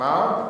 מה?